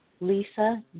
Lisa